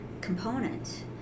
component